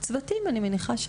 צוותי רפואה.